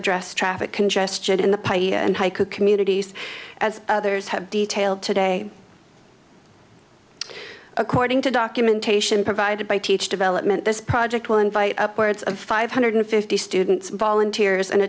address traffic congestion in the paey and i could communities as others have detailed today according to documentation provided by teach development this project will invite upwards of five hundred fifty students volunteers and